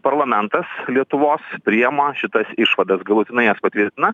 parlamentas lietuvos prijema šitas išvadas galutinai jas patvirtina